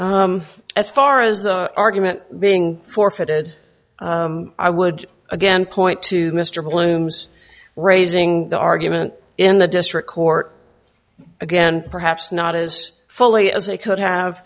here as far as the argument being forfeited i would again point to mr bloom's raising the argument in the district court again perhaps not as fully as they could have